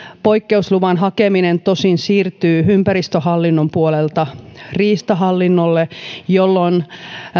poikkeusluvan hakeminen tosin siirtyy ympäristöhallinnon puolelta riistahallinnolle jolloin